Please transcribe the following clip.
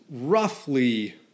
roughly